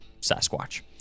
Sasquatch